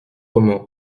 romans